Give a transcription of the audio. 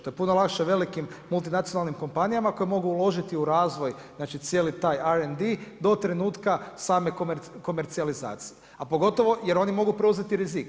To je puno lakše velikim multinacionalnim kompanijama koje mogu uložiti u razvoj, znači cijeli taj RND do trenutka same komercijalizacije a pogotovo jer oni mogu preuzeti rizik.